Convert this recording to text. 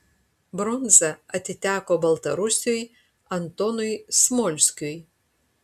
bronza atiteko baltarusiui antonui smolskiui